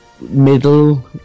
middle